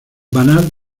banat